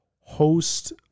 host